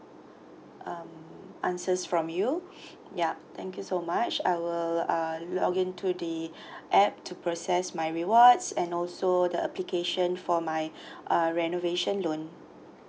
um answers from you okay ya thank you so much I will uh login to the app to process my rewards and also the application for my uh renovation loan